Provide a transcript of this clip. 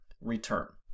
return